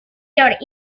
york